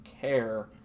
care